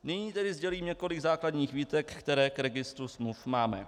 Nyní tedy sdělím několik základních výtek, které k registru smluv máme.